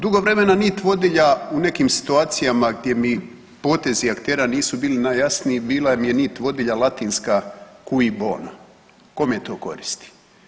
Dugo vremena nit vodilja u nekim situacijama gdje mi potezi aktera nisu bili najjasniji bila mi je nit vodilja latinska cui bono kome to koristi.